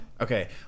Okay